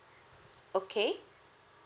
okay